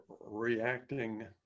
reacting